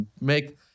make